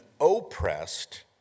oppressed